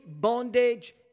bondage